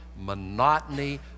monotony